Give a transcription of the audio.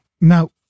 Now